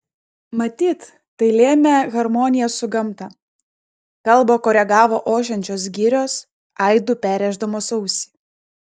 matyt tai lėmė harmonija su gamta kalbą koregavo ošiančios girios aidu perrėždamos ausį